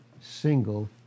single